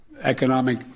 economic